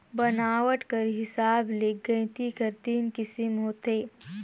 बनावट कर हिसाब ले गइती कर तीन किसिम होथे